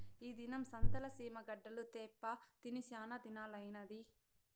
ఈ దినం సంతల సీమ గడ్డలు తేప్పా తిని సానాదినాలైనాది